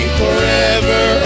forever